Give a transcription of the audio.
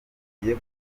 bagiye